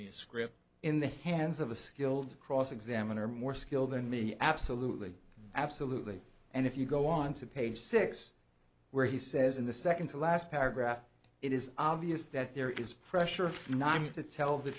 me a script in the hands of a skilled cross examiner more skilled than me absolutely absolutely and if you go on to page six where he says in the second to last paragraph it is obvious that there is pressure not to tell the